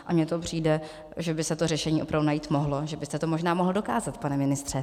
A mně to přijde, že by se to řešení opravdu najít mohlo, že byste to možná mohl dokázat, pane ministře.